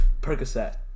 Percocet